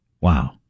Wow